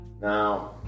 Now